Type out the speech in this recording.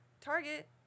Target